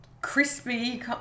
crispy